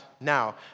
now